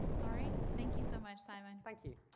all right, thank you so much, simon. thank you.